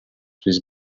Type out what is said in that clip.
with